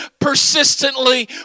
persistently